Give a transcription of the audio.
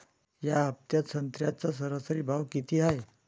या हफ्त्यात संत्र्याचा सरासरी भाव किती हाये?